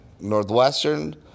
Northwestern